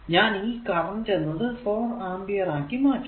ഞാൻ ഈ കറന്റ് എന്നത് 4 ആമ്പിയർ ആക്കി മാറ്റുന്നു